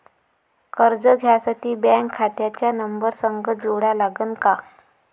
कर्ज घ्यासाठी बँक खात्याचा नंबर संग जोडा लागन का?